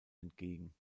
entgegen